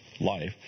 life